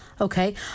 Okay